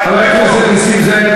חבר הכנסת נסים זאב,